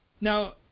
Now